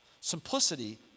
Simplicity